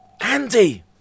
Andy